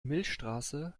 milchstraße